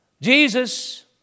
Jesus